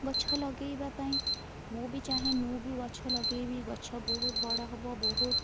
ଗଛ ଲଗାଇବା ପାଇଁ ମୁଁ ବି ଚାହେଁ ମୁଁ ବି ଗଛ ଲଗାଇବି ଗଛ ବହୁତ ବଡ଼ ହବ ବହୁତ